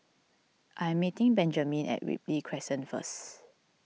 I am meeting Benjamine at Ripley Crescent first